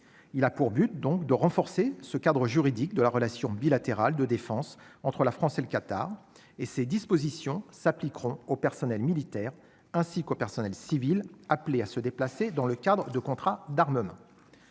il a pour but, donc de renforcer ce cadre juridique de la relation bilatérale de défense entre la France et le Qatar et ses dispositions s'appliqueront au personnel militaire ainsi qu'aux personnels civils, appelés à se déplacer dans le cadre de contrats d'armement.